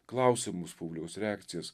klausimus pauliaus reakcijas